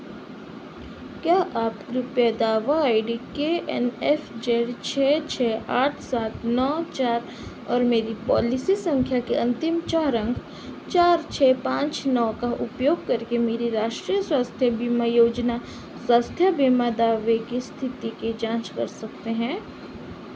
क्या आप कृपया दावा I D K N F Z छः छः आठ सात नौ चार और मेरी पॉलिसी संख्या के अंतिम चार अंक चार छः पाँच नौ का उपयोग करके मेरे राष्ट्रीय स्वास्थ्य बीमा योजना स्वास्थ्य बीमा दावे की स्थिति की जाँच कर सकते हैं